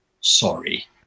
sorry